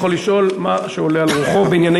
יכול לשאול מה שעולה על רוחו בענייני